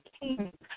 King